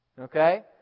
Okay